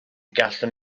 gallwn